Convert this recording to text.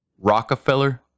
Rockefeller